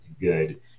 good